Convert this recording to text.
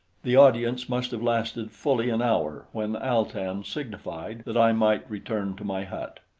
the audience must have lasted fully an hour when al-tan signified that i might return to my hut.